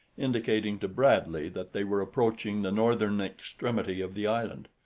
indicating to bradley that they were approaching the northern extremity of the island.